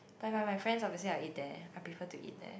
but if I'm with my friends obviously I would eat there I prefer to eat there